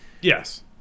Yes